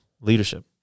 leadership